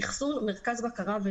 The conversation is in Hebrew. מערכות מחשוב,